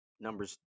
numbers